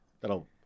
that'll